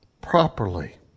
properly